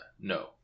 no